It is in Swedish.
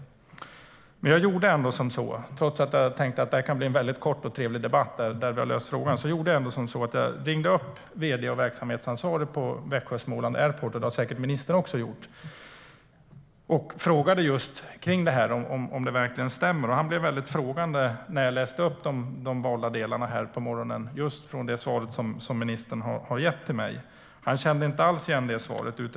Men trots att jag tänkte att det kunde bli en kort och trevlig debatt där vi redan löst frågan gjorde jag ändå som så att jag i morse ringde upp vd och verksamhetsansvarig på Växjö Småland Airport - vilket säkert ministern också gjort - och frågade om detta verkligen stämmer. Denne ställde sig väldigt frågande när jag läste upp valda delar av det skriftliga svar som ministern gett till mig och som hon nu läst upp här i kammaren. Han kände inte alls igen sig i svaret.